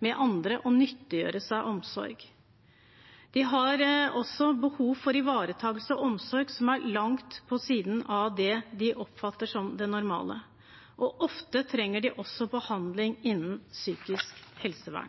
med andre og nyttiggjøre seg omsorg. De har også behov for ivaretagelse og omsorg som er langt på siden av det man oppfatter som det normale. Ofte trenger de også behandling innen psykisk helsevern.